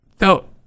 No